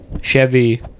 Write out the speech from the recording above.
chevy